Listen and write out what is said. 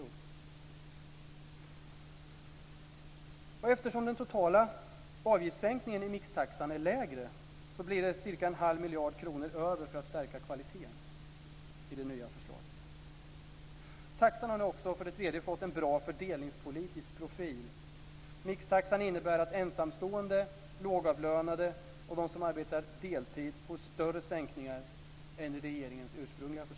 För det andra: Eftersom den totala avgiftssänkningen i mixtaxan är mindre, blir det cirka en halv miljard kronor över för att stärka kvaliteten i det nya förslaget. För det tredje: Taxan har nu också fått en bra fördelningspolitisk profil. Mixtaxan innebär att ensamstående, lågavlönade och de som arbetar deltid får större sänkningar än i regeringens ursprungliga förslag.